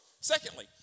Secondly